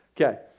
Okay